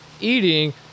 eating